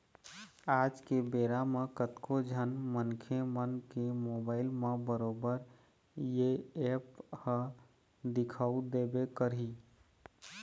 आज के बेरा म कतको झन मनखे मन के मोबाइल म बरोबर ये ऐप ह दिखउ देबे करही